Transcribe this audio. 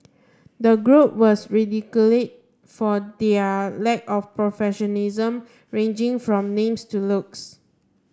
the group was radically for their lack of professionalism ranging from names to looks